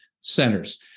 centers